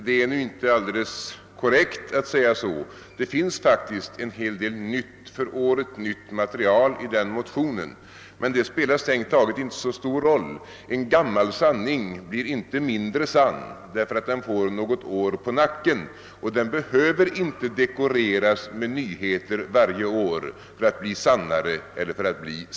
Det är inte alldeles korrekt att säga så — det finns faktiskt en hel del för året nytt material i den motionen. Men det spelar strängt taget inte så stor roll; en gammal sanning blir inte mindre sann därför att den får något år på nacken, och den behöver inte dekoreras med nyheter varje år för att bli sannare.